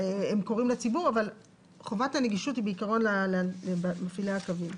אבל חובת הנגישות היא בעיקרון למפעילי הקווים.